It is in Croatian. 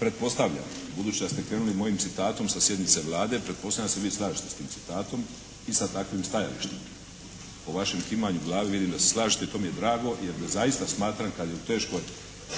pretpostavljam, budući da ste krenuli mojim citatom sa sjednice Vlade, pretpostavljam da se vi slažete sa tim citatom i sa takvim stajalištem. Po vašem kimanju glave, vidim da se slažete i to mi je drago, jer zaista smatram kada